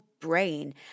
brain